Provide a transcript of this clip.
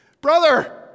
Brother